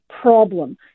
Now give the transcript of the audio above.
Problem